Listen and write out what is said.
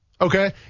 okay